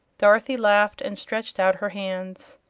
dorothy laughed and stretched out her hands.